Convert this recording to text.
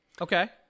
Okay